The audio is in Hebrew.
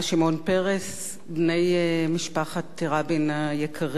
בני משפחת רבין היקרים,